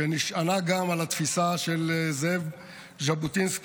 שנשענה גם על התפיסה של זאב ז'בוטינסקי,